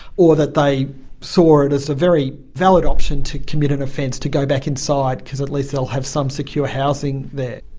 or that they saw it as a very valid option to commit an offence to go back inside because at least they'll have some secure housing there.